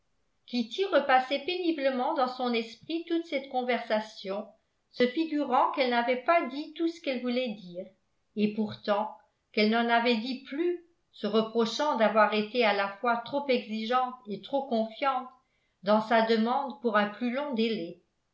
kitty repassait péniblement dans son esprit toute cette conversation se figurant qu'elle n'avait pas dit tout ce qu'elle voulait dire et pourtant qu'elle en avait dit plus se reprochant d'avoir été à la fois trop exigeante et trop confiante dans sa demande pour un plus long délai